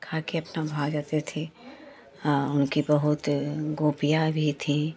खाकर अपना भाग जाते थे उनकी बहुत गोपियाँ भी थी